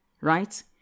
right